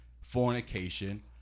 fornication